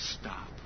stop